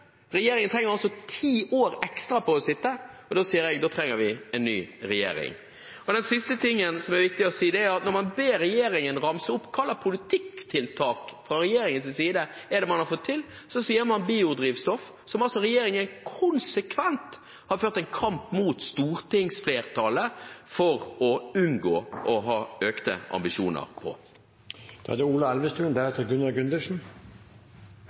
Regjeringen trenger altså ti år ekstra på å sitte. Og da sier jeg at vi trenger en ny regjering. Det siste som er viktig å si, er at når man ber regjeringen ramse opp hva slags politikktiltak man fra regjeringens side har fått til, så sier man biodrivstoff, som altså regjeringen konsekvent har ført en kamp mot stortingsflertallet for å unngå å ha økte ambisjoner på. Det er egentlig representanten Aasland som gjør at jeg tar ordet, men også andre. Det